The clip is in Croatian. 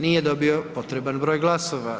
Nije dobio potreban broj glasova.